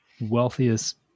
wealthiest